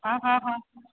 हा हा हा